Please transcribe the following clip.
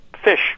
fish